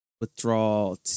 Withdrawal